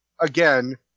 again